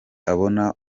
abona